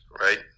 right